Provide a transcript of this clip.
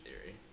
Theory